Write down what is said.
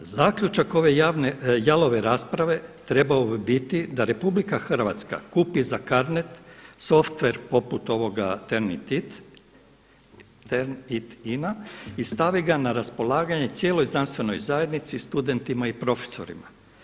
Zaključak ove jalove rasprave trebao bi biti da RH kupi za Carnet softver poput ovoga … i stavi ga na raspolaganje cijeloj znanstvenoj zajednici, studentima i profesorima.